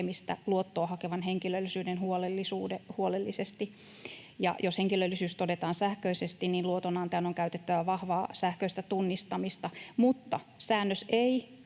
luottoa hakevan henkilöllisyyden huolellisesti, ja jos henkilöllisyys todetaan sähköisesti, niin luotonantajan on käytettävä vahvaa sähköistä tunnistamista. Mutta säännös ei